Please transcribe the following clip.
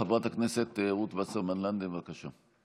חברת הכנסת רות וסרמן לנדה, בבקשה.